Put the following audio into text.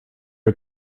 are